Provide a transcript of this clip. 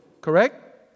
correct